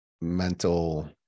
mental